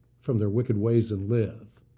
from their wicked ways and live.